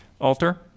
Alter